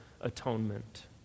atonement